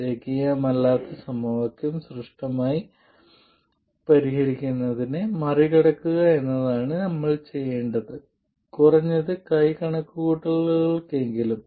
രേഖീയമല്ലാത്ത സമവാക്യം സ്പഷ്ടമായി പരിഹരിക്കുന്നതിനെ മറികടക്കുക എന്നതാണ് ഞങ്ങൾ ചെയ്യേണ്ടത് കുറഞ്ഞത് കൈ കണക്കുകൂട്ടലുകൾക്കെങ്കിലും